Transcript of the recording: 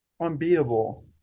unbeatable